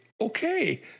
okay